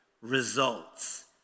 results